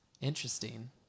Interesting